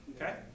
Okay